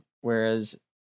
whereas